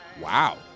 Wow